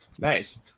nice